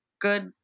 good